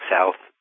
South